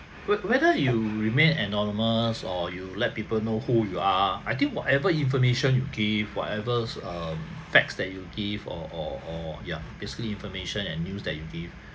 but whether you remain anonymous or you let people know who you are I think whatever information you give whatever s~ um facts that you give or or or ya basically information and news that you give